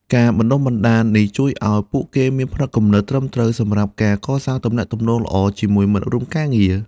ការបណ្តុះបណ្តាលនេះជួយឱ្យពួកគេមានផ្នត់គំនិតត្រឹមត្រូវសម្រាប់ការកសាងទំនាក់ទំនងល្អជាមួយមិត្តរួមការងារ។